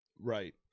Right